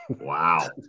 Wow